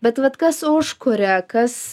bet vat kas užkuria kas